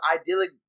idyllic